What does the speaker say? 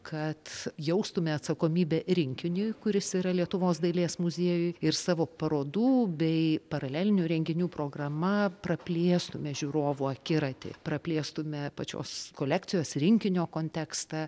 kad jaustume atsakomybę rinkiniui kuris yra lietuvos dailės muziejuj ir savo parodų bei paralelinių renginių programa praplėstume žiūrovų akiratį praplėstume pačios kolekcijos rinkinio kontekstą